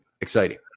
exciting